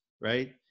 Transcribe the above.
right